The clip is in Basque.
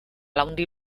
handi